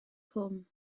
cwm